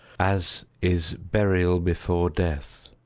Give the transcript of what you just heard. as is burial before death.